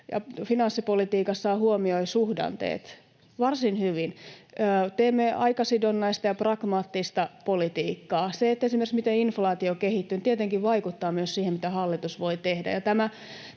finanssipolitiikassaan huomioi suhdanteet varsin hyvin. Teemme aikasidonnaista ja pragmaattista politiikkaa. Se, miten esimerkiksi inflaatio kehittyy, tietenkin vaikuttaa myös siihen, mitä hallitus voi tehdä,